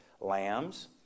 lambs